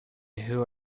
who